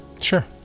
Sure